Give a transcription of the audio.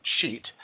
sheet